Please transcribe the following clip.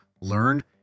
learn